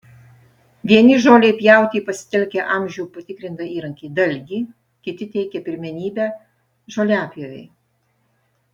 vieni žolei pjauti pasitelkia amžių patikrintą įrankį dalgį kiti teikia pirmenybę žoliapjovei